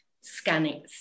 scanning